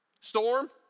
Storm